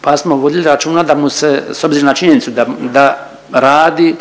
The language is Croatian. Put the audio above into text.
Pa smo vodili računa da mu se, s obzirom na činjenicu da radi